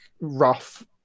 rough